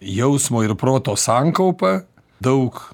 jausmo ir proto sankaupa daug